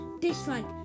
Dislike